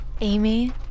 Amy